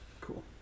cool